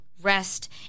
rest